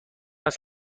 است